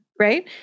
Right